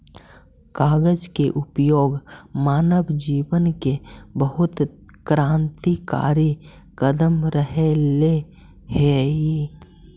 कागज के उपयोग मानव जीवन में बहुत क्रान्तिकारी कदम रहले हई